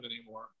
anymore